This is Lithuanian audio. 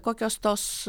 kokios tos